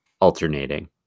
alternating